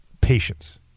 patience